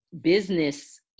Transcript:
business